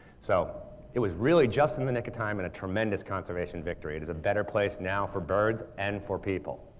so it was really just in the nick of time and a tremendous conservation victory. it is a better place now for birds and for people.